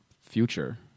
future